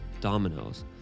dominoes